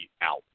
out